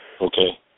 Okay